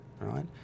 right